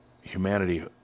humanity